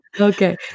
Okay